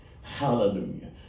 Hallelujah